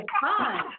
hi